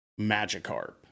Magikarp